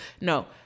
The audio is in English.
No